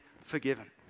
forgiven